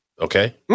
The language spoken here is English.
Okay